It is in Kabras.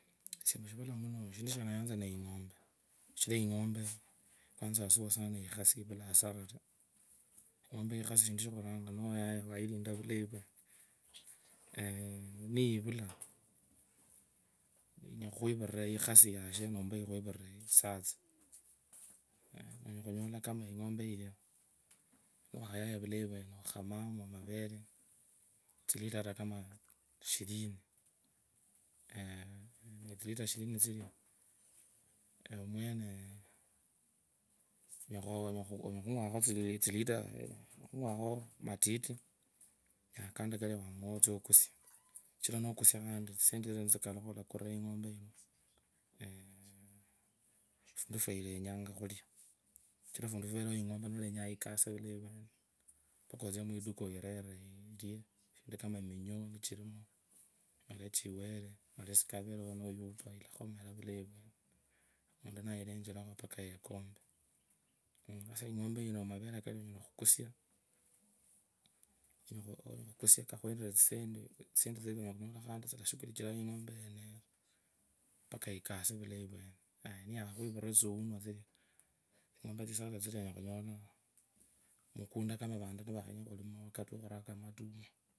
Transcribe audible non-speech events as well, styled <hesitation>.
Esiee, mushivali shino shindu shanayanza ne ing’ombe sichira ing’ombe aswa sana ikhasi, ifula hasara taa, ing’ombe ikhasi wayilinda vulayi vwene nyivula, ikhwivurere, ikhasi yashee, nomba ikhuvunre isatsa, onyala khunyula ing’ombe irie, ikhamaa muvene tsilitre kaa kama shirini, <hesitation> bilita shirini tsinu ewe mwene onyala khung’wakho matiti kandi otsie okusie tsisendi tsiro, nitsikalukha olakurura ing’ombe, eeeh fundu fwa ilenyanga okhulya, kachira fundu favereo, ing’ombe nolenyanga ikase vulayi vwene, mpaka otsie mwiduku, oyirerire. Ilye shindu kama eminyu, nichirimo ulanyula chiwere, malasi kavarewo, nuying’wesia ilakhumoro vulayi vwene muntu nayilechera mpaka yekumpee, ing’ombe yino mavere kano onyala khukusia, onyala khukusia kakhwendire tsisendi, tsisendi tsino, onyala khunya tsilashughulichiraanga ing’ombe yeney mpaka ikase vulayi vwene, ayaa niyakhukhwivuriro tsiunwa tsilia, tsing’ombe tsisatsa, tsino, onyala khunyola vantu nivararakanga matuma